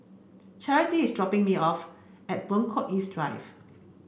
Charity is dropping me off at Buangkok East Drive